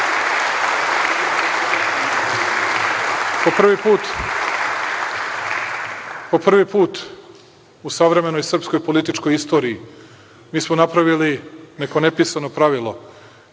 Po prvi put u savremenoj srpskoj političkoj istoriji mi smo napravili neko nepisano pravilo